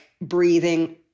breathing